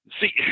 see